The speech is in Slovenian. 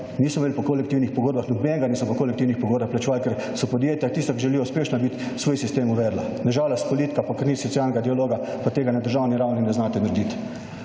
nismo imeli po kolektivnih pogodbah, nobenega niso po kolektivnih pogodbah plačevali, ker so podjetja tista, ki želijo uspešna biti, svoj sistem uvedla. Na žalost politika pa ker ni socialnega dialoga, pa tega na državni ravni ne znate narediti.